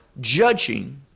judging